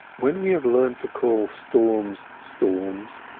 when we have learnt to call storms, storms,